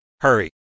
hurry